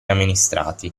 amministrati